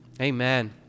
amen